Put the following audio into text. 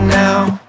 now